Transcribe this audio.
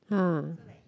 [huh]